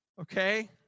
Okay